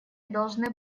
должны